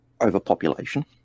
overpopulation